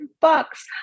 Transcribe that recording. bucks